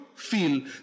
feel